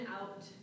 out